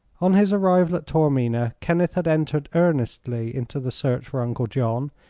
on his arrival at taormina, kenneth had entered earnestly into the search for uncle john,